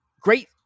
great